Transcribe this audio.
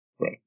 Right